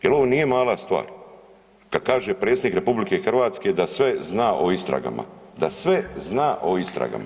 Jer ovo nije mala stvar, kad kaže predsjednik RH da sve zna o istragama, da sve zna o istragama.